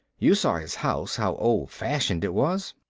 you saw his house, how old-fashioned it was.